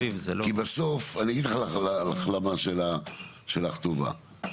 אני אגיד לך למה השאלה שלך טובה,